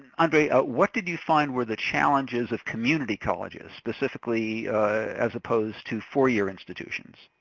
andre, what did you find were the challenges of community colleges, specifically as opposed to four-year institutions?